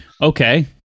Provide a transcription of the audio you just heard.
Okay